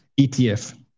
ETF